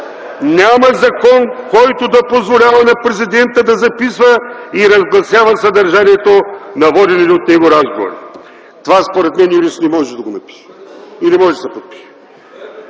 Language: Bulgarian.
„Няма закон, който да позволява на Президента да записва и разгласява съдържанието на водените от него разговори”. Според мен това юрист не може да го напише и не може да се подпише.